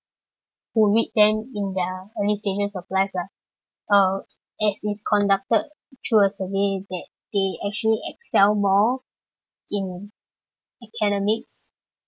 who read them in their early stages of life lah uh as it's conducted through a survey that they actually excel more in academics